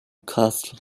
castle